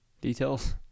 Details